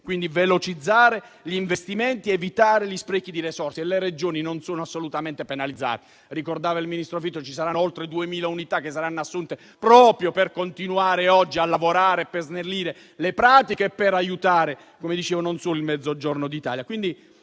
quindi velocizzare gli investimenti, evitare gli sprechi di risorse. Le Regioni non sono assolutamente penalizzate. Ricordava il ministro Fitto che oltre 2.000 unità saranno assunte proprio per continuare a lavorare, per snellire le pratiche e per aiutare - come dicevo - non solo il Mezzogiorno d'Italia.